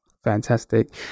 Fantastic